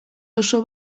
oso